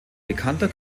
bekannter